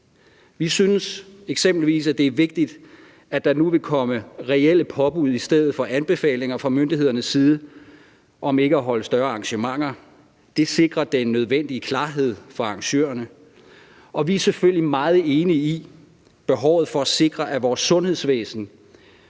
Vi synes eksempelvis, at det er vigtigt, at der nu vil komme reelle påbud i stedet for anbefalinger fra myndighedernes side om ikke at holde større arrangementer. Det sikrer den nødvendige klarhed for arrangørerne. Og vi er selvfølgelig meget enige i behovet for at sikre, at vores sundhedsvæsen